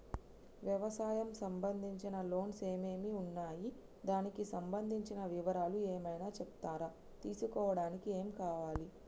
వ్యవసాయం సంబంధించిన లోన్స్ ఏమేమి ఉన్నాయి దానికి సంబంధించిన వివరాలు ఏమైనా చెప్తారా తీసుకోవడానికి ఏమేం కావాలి?